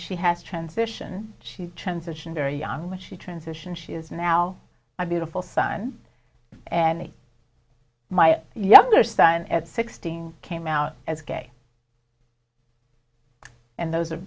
she has transition she transitioned very young when she transitioned she is now a beautiful son and my younger son at sixteen came out as gay and those are